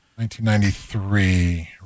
1993